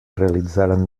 realitzaren